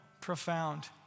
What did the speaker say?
profound